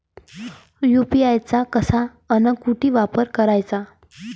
UPI चा कसा अन कुटी वापर कराचा?